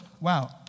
wow